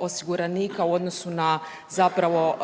osiguranika u odnosu na zapravo